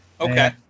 okay